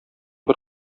бер